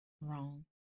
Wrong